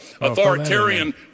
authoritarian